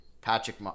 Patrick